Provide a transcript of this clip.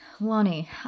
Lonnie